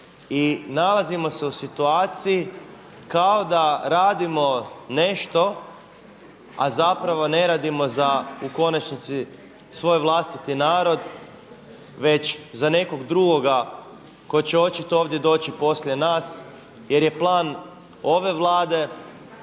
i nalazimo se u situaciji kao da radimo nešto a zapravo ne radimo za u konačnici svoj vlastiti narod već za nekog drugoga tko će očito ovdje doći poslije nas jer je plan ove Vlade